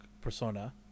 persona